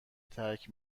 ترک